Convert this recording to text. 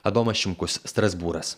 adomas šimkus strasbūras